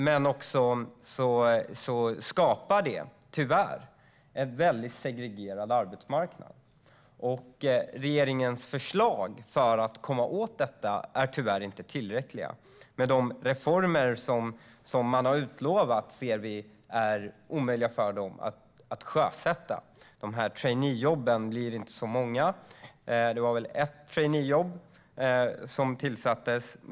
Men det skapar tyvärr också en segregerad arbetsmarknad, och regeringens förslag för att komma åt detta är tyvärr inte tillräckliga. De reformer som regeringen har utlovat ser vi är omöjliga för den att sjösätta. De här traineejobben blir inte så många - det var väl ett traineejobb som tillsattes.